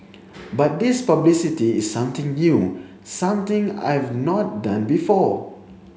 but this publicity is something new something I've not done before